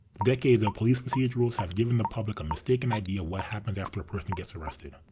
decades of police procedurals have given the public a mistaken idea what happens after a person gets arrested.